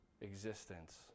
existence